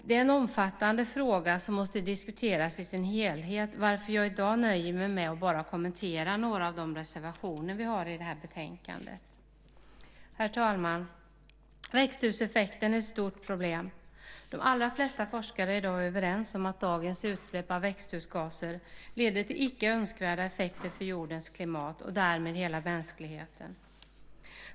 Det är en omfattande fråga som måste diskuteras i sin helhet, varför jag i dag nöjer mig med att bara kommentera några av de reservationer vi har i betänkandet. Herr talman! Växthuseffekten är ett stort problem. De allra flesta forskare är i dag överens om att dagens utsläpp av växthusgaser leder till icke önskvärda effekter för jordens klimat och därmed hela mänskligheten.